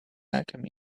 alchemy